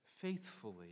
faithfully